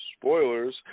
spoilers